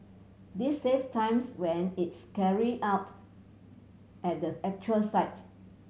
this save times when it's carried out at the actual site